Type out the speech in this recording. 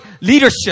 leadership